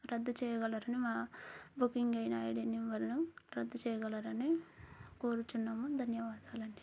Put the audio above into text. రద్దు చేయగలరని మా బుకింగ్ అయిన ఐడీ నెంబర్ను రద్దు చేయగలరని కోరుచున్నాము ధన్యవాదాలండి